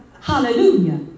Hallelujah